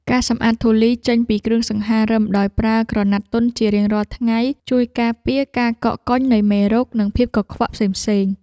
ការសម្អាតធូលីចេញពីគ្រឿងសង្ហារឹមដោយប្រើក្រណាត់ទន់ជារៀងរាល់ថ្ងៃ ជួយការពារការកកកុញនៃមេរោគ និងភាពកខ្វក់ផ្សេងៗ។